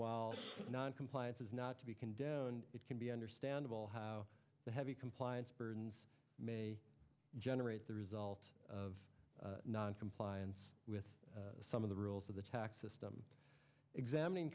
while noncompliance is not to be condemned it can be understandable how the heavy compliance burdens may generate the result of noncompliance with some of the rules of the tax system examining